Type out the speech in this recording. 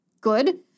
Good